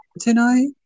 Tonight